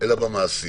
אלא במעשים.